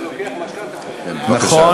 אתה לוקח משכנתה, נכון.